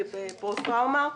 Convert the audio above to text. הייתי בפוסט-טראומה,